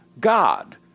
God